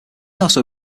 also